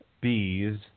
bees